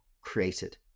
created